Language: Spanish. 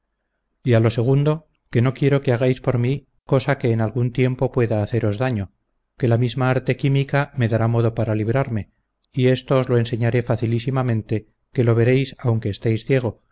a lo segundo que no quiero que hagáis por mi cosa que en algún tiempo pueda haceros daño que la misma arte química me dará modo para librarme y esto os lo enseñaré facilísimamente que lo veréis aunque estéis ciego